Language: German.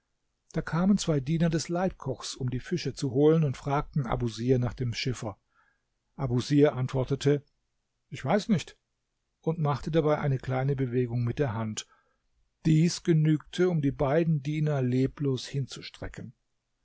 da kamen zwei diener des leibkochs um die fische zu holen und fragten abusir nach dem schiffer abusir antwortete ich weiß nicht und machte dabei eine kleine bewegung mit der hand dies genügte um die beiden diener leblos hinzustrecken